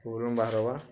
ପୁଲମ୍ ବାହର୍ବା